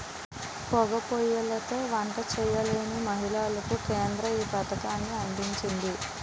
పోగా పోయ్యిలతో వంట చేయలేని మహిళలకు కేంద్రం ఈ పథకాన్ని అందించింది